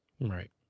Right